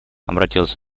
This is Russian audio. обратилась